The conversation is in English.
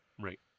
Right